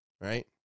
right